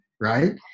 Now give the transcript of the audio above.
Right